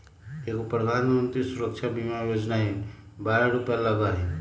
एगो प्रधानमंत्री सुरक्षा बीमा योजना है बारह रु लगहई?